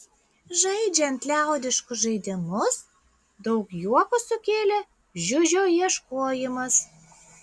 žaidžiant liaudiškus žaidimus daug juoko sukėlė žiužio ieškojimas